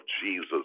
jesus